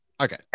okay